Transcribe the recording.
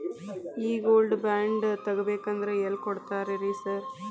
ಈ gold bond ತಗಾಬೇಕಂದ್ರ ಎಲ್ಲಿ ಕೊಡ್ತಾರ ರೇ ಸಾರ್?